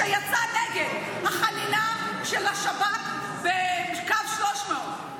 שיצא נגד החנינה של השב"כ בקו 300,